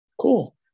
Cool